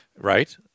right